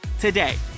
Today